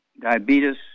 diabetes